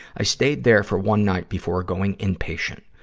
i stayed there for one night before going in-patient.